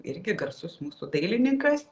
irgi garsus mūsų dailininkas